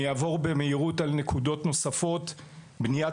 אני אעבור במהירות על כמה נקודות נוספות: בניית